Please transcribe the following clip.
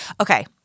okay